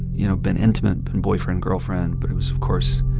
you know, been intimate, been boyfriend-girlfriend. but it was, of course,